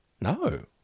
No